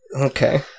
Okay